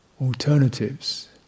Alternatives